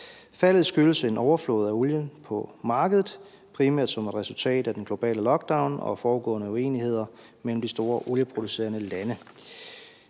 Faldet skyldes en overflod af olie på markedet, primært som et resultat af den globale lockdown og forudgående uenigheder mellem de store olieproducerende lande.